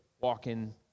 walking